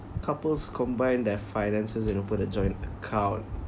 couples combine their finances and open a joint account